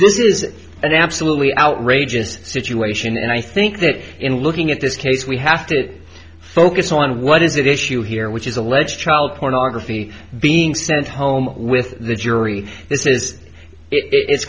this is an absolutely outrageous situation and i think that in looking at this case we have to focus on what is it issue here which is alleged child pornography being sent home with the jury this is it it's